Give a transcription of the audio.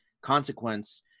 consequence